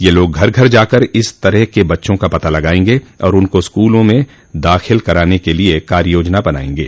ये लोग घर घर जाकर इस तरह के बच्चों का पता लगाएंगे और उनको स्कूलों में दाखिल कराने के लिए कार्य योजना बनाएंगे